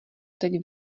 teď